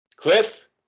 Cliff